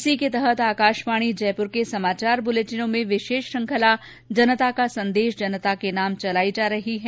इसी के तहत आकाशवाणी जयपुर के समाचार बुलेटिनों में विशेष श्रृंखला जनता का संदेश जनता के नाम चलाई जा रही है